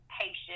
patient